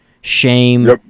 Shame